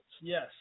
Yes